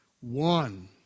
One